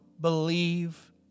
believe